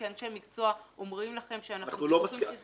כאנשי מקצוע אומרים לכם שאנחנו --- אני